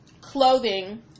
clothing